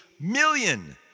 million